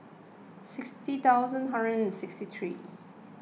sixty thousand hundred and sixty three